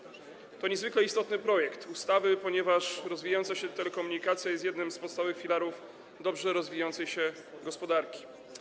To niezwykle istotny projekt ustawy, ponieważ rozwijająca się telekomunikacja jest jednym z podstawowych filarów dobrze rozwijającej się gospodarki.